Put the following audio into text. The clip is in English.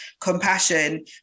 compassion